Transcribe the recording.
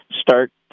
start